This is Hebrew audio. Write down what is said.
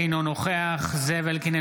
אינו נוכח זאב אלקין,